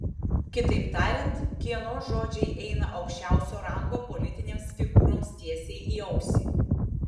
kitaip tariant kieno žodžiai eina aukščiausio rango politinėms figūroms tiesiai į ausį